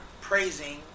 praising